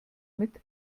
mit